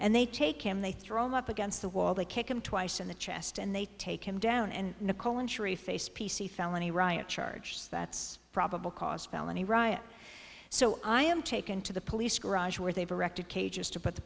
and they take him they throw up against the wall they kick him twice in the chest and they take him down and nicole and sharif face p c felony riot charge that's probable cause felony riot so i am taken to the police garage where they've erected cages to put the